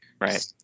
Right